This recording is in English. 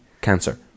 cancer